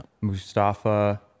Mustafa